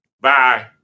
Bye